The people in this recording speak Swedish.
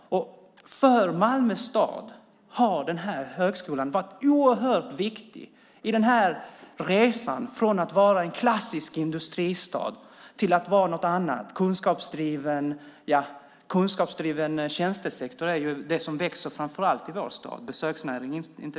För Malmö stad har högskolan varit oerhört viktig i resan från att vara en klassisk industristad till att vara något annat. Det som framför allt växer i vår stad är kunskapsdriven tjänstesektor och inte minst besöksnäringen.